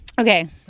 Okay